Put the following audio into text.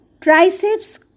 triceps